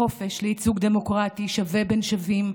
החופש לייצוג דמוקרטי שווה בין שווים,